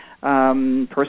person